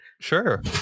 Sure